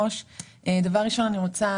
אני רוצה,